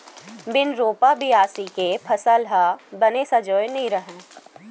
बिन रोपा, बियासी के फसल ह बने सजोवय नइ रहय